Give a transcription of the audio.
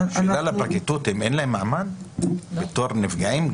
שאלה לפרקליטות: אין להם מעמד בתור נפגעים,